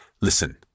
Listen